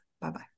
Bye-bye